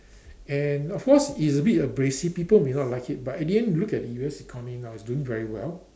and of course it's a bit abrasive people may not like it but at the end you look at the U_S economy now it's doing very well